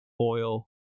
oil